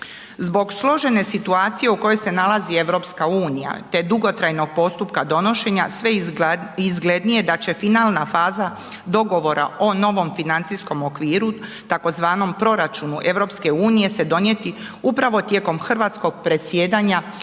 Zbog složene situacije u kojoj se nalazi EU, te dugotrajnog postupka donošenja, sve je izglednije da će finalna faza dogovora o novom financijskom okviru tzv. proračunu EU se donijeti upravo tijekom hrvatskog predsjedanja